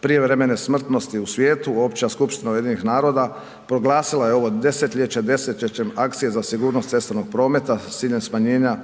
prijevremene smrtnosti u svijetu, Opća skupština UN-a proglasila je ovo desetljeće, desetljećem akcije za sigurnost cestovnog prometa s ciljem smanjenja